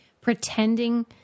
pretending